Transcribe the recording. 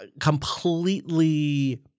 completely –